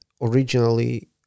originally